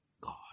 god